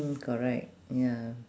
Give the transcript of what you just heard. mm correct ya